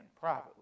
privately